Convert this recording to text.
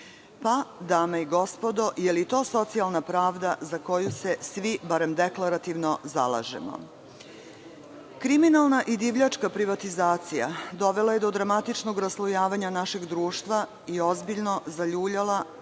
Dame i gospodo, da li je to socijalna pravda za koju se svi, barem deklarativno, zalažemo? Kriminalna i divljačka privatizacija dovela je do dramatičnog raslojavanja našeg društva i ozbiljno zaljuljala